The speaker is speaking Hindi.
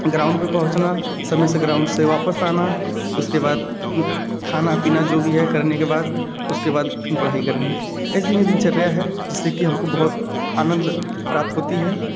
ग्राउंड पे पहुँचना समय से ग्राउंड से वापस आना उसके बाद खाना पीना जो भी है करने के बाद उसके बाद फिर पढ़ाई करनी है ऐसी ही दिनचर्या है जिससे कि हमको बहुत आनंद प्राप्त होता है